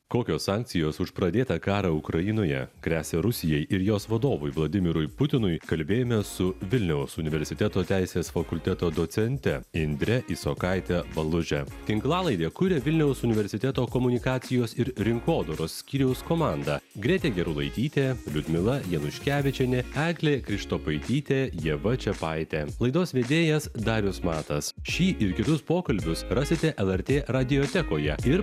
kokios sankcijos už pradėtą karą ukrainoje gresia rusijai ir jos vadovui vladimirui putinui kalbėjomės su vilniaus universiteto teisės fakulteto docente indre isokaite valuže tinklalaidę kuria vilniaus universiteto komunikacijos ir rinkodaros skyriaus komanda grėtė gerulaitytė liudmila januškevičienė eglė krištopaitytė ieva čiapaitė laidos vedėjas darius matas šį ir kitus pokalbius rasite lrt radiotekoje ir